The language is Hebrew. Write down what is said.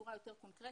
בצורה יותר קונקרטית.